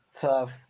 tough